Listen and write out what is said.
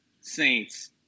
Saints